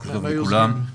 בוקר טוב לכולם,